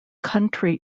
country